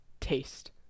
Taste